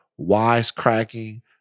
wisecracking